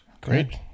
Great